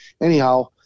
anyhow